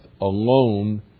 alone